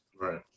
Right